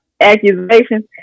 accusations